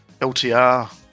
LTR